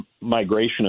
migration